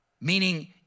Meaning